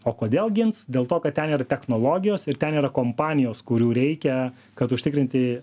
o kodėl gins dėl to kad ten yra technologijos ir ten yra kompanijos kurių reikia kad užtikrinti